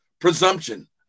Presumption